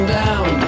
down